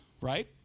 right